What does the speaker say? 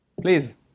Please